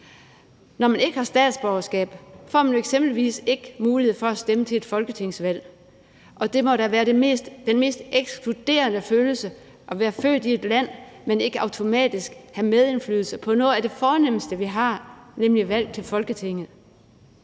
Når man ikke har statsborgerskab, får man jo eksempelvis ikke mulighed for at stemme til et folketingsvalg, og det må da være den mest ekskluderende følelse at være født i et land, men ikke automatisk have medindflydelse på noget af det fornemste, vi har, nemlig valg til Folketinget.